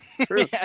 true